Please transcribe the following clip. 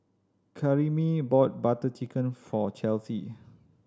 Karyme bought Butter Chicken for Chelsy